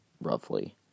Roughly